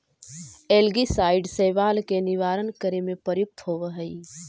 algicide शैवाल के निवारण करे में प्रयुक्त होवऽ हई